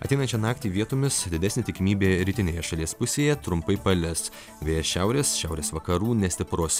ateinančią naktį vietomis didesnė tikimybė rytinėje šalies pusėje trumpai palis vėjas šiaurės šiaurės vakarų nestiprus